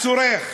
הצורך